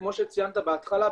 כמו שציינת בהתחלה,